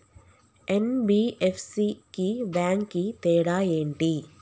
NBFC కి bank కి తేడా ఏంటి?